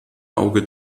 auge